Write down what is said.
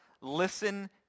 Listen